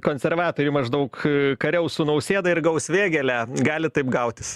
konservatoriai maždaug kariaus su nausėda ir gaus vėgėlę gali taip gautis